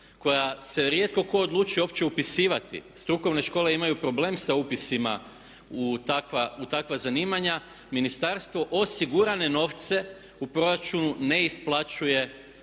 koja se rijetko tko odlučuje uopće upisivati, strukovne škole imaju problem sa upisima u takva zanimanja, ministarstvo osigurane novce u proračune ne isplaćuje